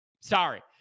Sorry